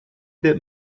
that